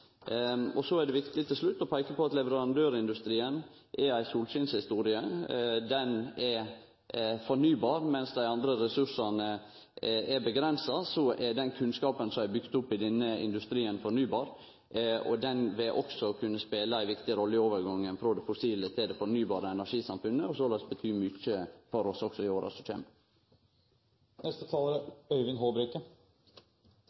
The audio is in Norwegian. viktig å peike på at leverandørindustrien er ei solskinshistorie. Han er fornybar. Medan dei andre ressursane er avgrensa, er den kunnskapen som er bygd opp i denne industrien, fornybar, og han vil kunne spele ei viktig rolle i overgangen frå det fossile til det fornybare energisamfunnet og såleis bety mykje for oss òg i åra som